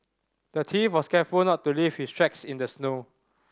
the thief was careful not to leave his tracks in the snow